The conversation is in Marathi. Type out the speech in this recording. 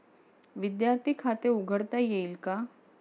विद्यार्थी खाते उघडता येईल का?